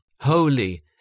holy